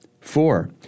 Four